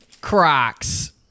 Crocs